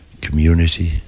community